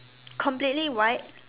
completely white